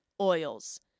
oils